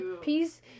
Peace